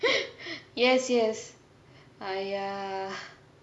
yes yes ah ya